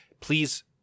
Please